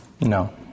No